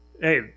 hey